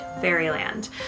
fairyland